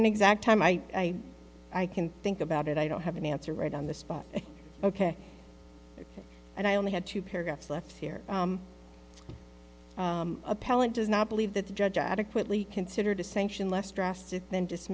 an exact time i can think about it i don't have an answer right on the spot ok and i only had two paragraphs left here appellant does not believe that the judge adequately considered a sanction less drastic than